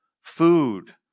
food